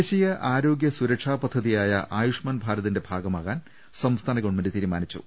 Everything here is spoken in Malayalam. ദേശീയ ആരോഗൃ സുരക്ഷാ പദ്ധതിയായ ആയുഷ്മാൻ ഭാരതിന്റെ ഭാഗമാകാൻ സംസ്ഥാന ഗവൺമെന്റ് തീരുമാനിച്ചു